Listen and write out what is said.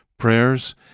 prayers